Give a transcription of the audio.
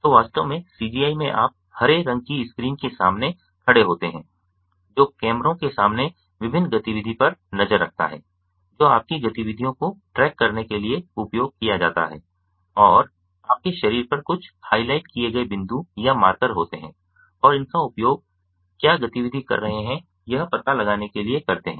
तो वास्तव में CGI में आप हरे रंग की स्क्रीन के सामने खड़े होते हैं जो कैमरों के सामने विभिन्न गतिविधि पर नज़र रखता है जो आपकी गतिविधियों को ट्रैक करने के लिए उपयोग किया जाता है और आपके शरीर पर कुछ हाइलाइट किए गए बिंदु या मार्कर होते हैं और इनका उपयोग क्या गतिविधि कर रहे है यह पता लगाने के लिए करते है